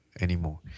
anymore